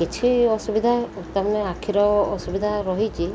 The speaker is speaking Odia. କିଛି ଅସୁବିଧା ତା'ମାନେ ଆଖିର ଅସୁବିଧା ରହିଛି